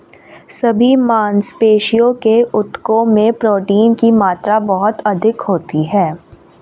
सभी मांसपेशियों के ऊतकों में प्रोटीन की मात्रा बहुत अधिक होती है